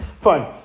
fine